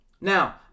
now